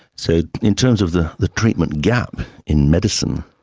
so in terms of the the treatment gap in medicine,